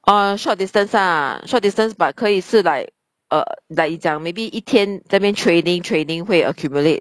oh short distance ah short distance but 可以是 like uh like 你讲 maybe 一天在那边 training training 会 accumulate